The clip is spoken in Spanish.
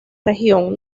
región